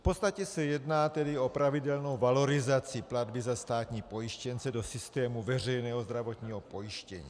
V podstatě se jedná o pravidelnou valorizaci platby za státní pojištěnce do systému veřejného zdravotního pojištění.